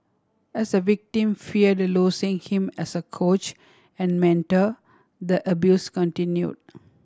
as the victim feared losing him as a coach and mentor the abuse continue